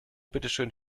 bitteschön